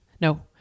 No